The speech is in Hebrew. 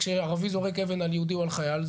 כשערבי זורק אבן על יהודי או על חייל,